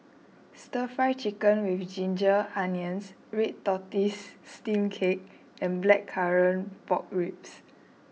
Stir Fry Chicken with Ginger Onions Red Tortoise Steamed Cake and Blackcurrant Pork Ribs